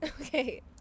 okay